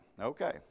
okay